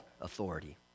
authority